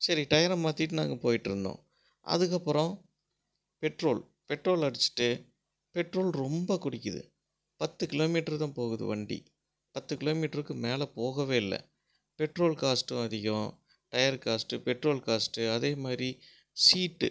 சரி டயரை மாற்றிட்டு நாங்கள் போயிட்டுருந்தோம் அதுக்கப்புறம் பெட்ரோல் பெட்ரோல் அடித்துட்டு பெட்ரோல் ரொம்ப குடிக்கிறது பத்து கிலோமீட்டர் தான் போகுது வண்டி பத்து கிலோமீட்டருக்கு மேல் போகவே இல்லை பெட்ரோல் காஸ்ட்டும் அதிகம் டயர் காஸ்ட் பெட்ரோல் காஸ்ட் அதே மாதிரி சீட்டு